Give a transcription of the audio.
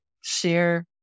share